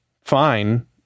Fine